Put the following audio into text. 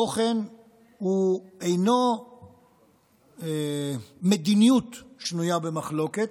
התוכן הוא אינו מדיניות שנויה במחלוקת,